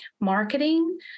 marketing